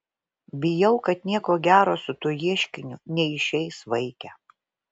bijau kad nieko gero su tuo ieškiniu neišeis vaike